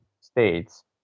states